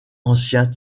anciens